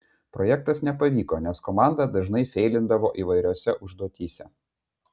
projektas nepavyko nes komanda dažnai feilindavo įvairiose užduotyse